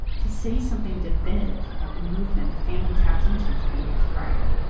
to say something definitive about the movement the family tapped into three years prior.